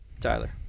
Tyler